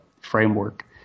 framework